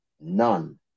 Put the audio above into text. None